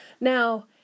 Now